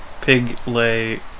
Pig-Lay